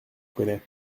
connais